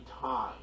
time